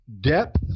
depth